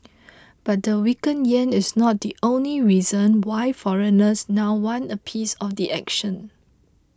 but the weaker yen is not the only reason why foreigners now want a piece of the action